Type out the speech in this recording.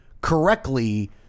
correctly